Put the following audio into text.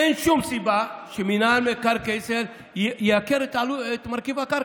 אין שום סיבה שמינהל מקרקעי ישראל ייקר את מרכיב הקרקע,